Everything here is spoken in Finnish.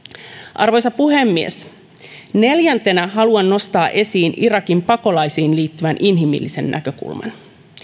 arvoisa puhemies neljäntenä haluan nostaa esiin irakin pakolaisiin liittyvän inhimillisen näkökulman